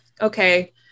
okay